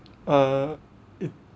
uh it